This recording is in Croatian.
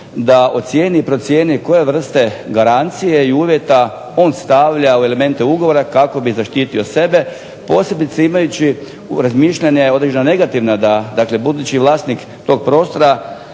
da ocijeni i procijeni koje vrste garancije i uvjeta on stavlja u elemente ugovora kako bi zaštitio sebe posebice imajući razmišljanja određena negativna da dakle budući vlasnik tog prostora